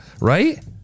right